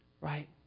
right